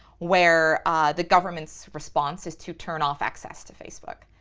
where the government's response is to turn off access to facebook.